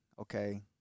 okay